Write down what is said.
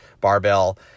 barbell